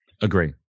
Agree